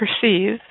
Perceive